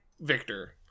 Victor